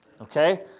Okay